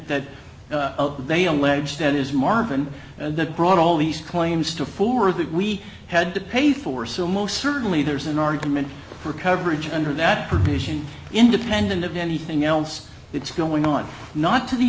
that they allege that is marvan and that brought all these claims to forward that we had to pay for so most certainly there's an argument for coverage under that provision independent of anything else that's going on not to the